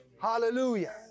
Hallelujah